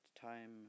Time